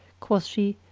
quoth she,